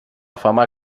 fama